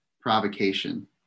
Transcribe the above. provocation